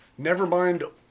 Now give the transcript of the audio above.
Nevermind